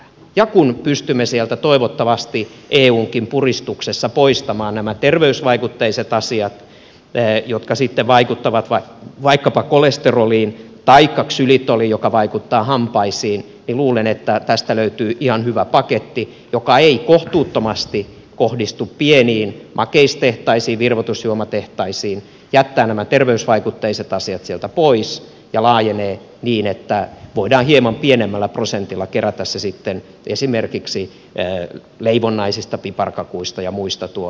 ja kun pystymme sieltä toivottavasti eunkin puristuksessa poistamaan nämä terveysvaikutteiset asiat jotka sitten vaikuttavat vaikkapa kolesteroliin taikka ksylitolin joka vaikuttaa hampaisiin niin luulen että tästä löytyy ihan hyvä paketti joka ei kohtuuttomasti kohdistu pieniin makeistehtaisiin virvoitusjuomatehtaisiin jättää nämä terveysvaikutteiset asiat sieltä pois ja laajenee niin että voidaan hieman pienemmällä prosentilla kerätä se sitten esimerkiksi leivonnaisista piparkakuista ja muista tuon yhdistelmämallin kautta